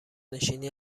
نشینی